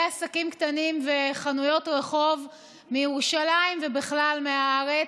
עסקים קטנים וחנויות רחוב מירושלים ובכלל מהארץ.